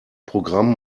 programm